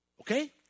Okay